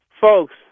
folks